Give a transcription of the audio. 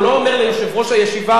הוא לא אומר ליושב-ראש הישיבה,